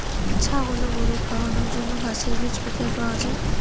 ছাগল ও গরু খাওয়ানোর জন্য ঘাসের বীজ কোথায় পাওয়া যায়?